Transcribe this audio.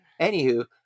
Anywho